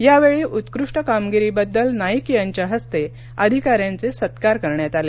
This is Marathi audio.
यावेळी उत्कृष्ट कामगिरी बद्दल नाईक यांच्या हस्ते अधिकाऱ्यांचे सत्कार करण्यात आले